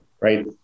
right